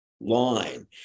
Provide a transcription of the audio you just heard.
line